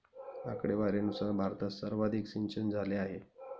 आकडेवारीनुसार भारतात सर्वाधिक सिंचनझाले आहे